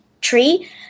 tree